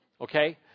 Okay